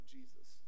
Jesus